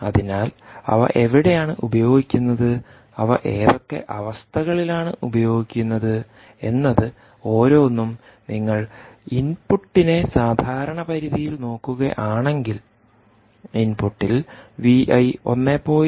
അതിനാൽ അവ എവിടെയാണ് ഉപയോഗിക്കുന്നത് അവ ഏതൊക്കെ അവസ്ഥകളിലാണ് ഉപയോഗിക്കുന്നത് എന്നത് ഓരോന്നും നിങ്ങൾ ഇൻപുട്ടിനെ സാധാരണ പരിധിയിൽ നോക്കുകയാണെങ്കിൽ ഇൻപുട്ടിൽ Vi 1